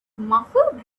muffled